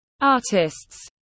artists